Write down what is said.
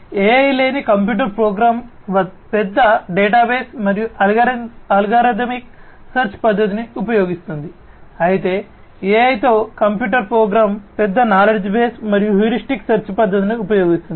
కాబట్టి AI లేని computer program పెద్ద డేటాబేస్ మరియు అల్గారిథమిక్ సెర్చ్ పద్ధతిని ఉపయోగిస్తుంది అయితే AI తో కంప్యూటర్ ప్రోగ్రామ్ పెద్ద నాలెడ్జ్ బేస్ మరియు హ్యూరిస్టిక్ సెర్చ్ పద్ధతిని ఉపయోగిస్తుంది